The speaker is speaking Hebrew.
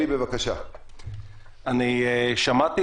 בכל זאת, אני רוצה לשאול